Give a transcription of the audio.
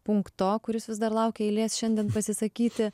punkto kuris vis dar laukia eilės šiandien pasisakyti